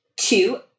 Two